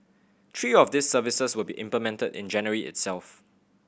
three of these services will be implemented in January itself